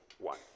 one